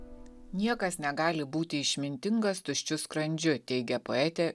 niekas negali būti išmintingas tuščiu skrandžiu teigia poetė